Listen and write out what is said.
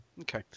Okay